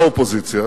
שיגיע כמובן לוועדה,